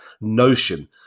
Notion